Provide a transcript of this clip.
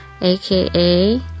aka